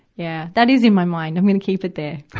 yeah that is in my mind i'm gonna keep it there.